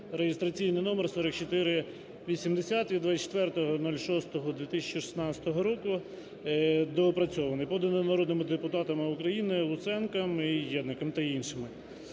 (реєстраційний номер 4480, від 24.06.2016 року), доопрацьований, поданий народними депутатами України Луценко, Єднаком та іншими.